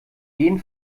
jeden